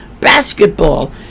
basketball